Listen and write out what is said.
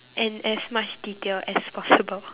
in as much detail as possible